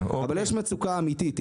אבל יש מצוקה אמיתית.